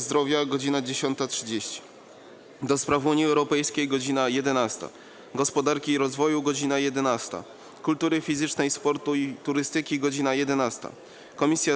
Zdrowia - godz. 10.30, - do Spraw Unii Europejskiej - godz. 11, - Gospodarki i Rozwoju - godz. 11, - Kultury Fizycznej, Sportu i Turystyki - godz. 11,